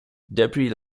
depuis